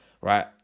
right